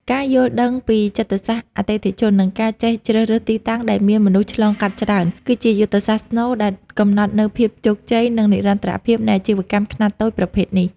ការយល់ដឹងពីចិត្តសាស្ត្រអតិថិជន និងការចេះជ្រើសរើសទីតាំងដែលមានមនុស្សឆ្លងកាត់ច្រើន គឺជាយុទ្ធសាស្ត្រស្នូលដែលកំណត់នូវភាពជោគជ័យ និងនិរន្តរភាពនៃអាជីវកម្មខ្នាតតូចប្រភេទនេះ។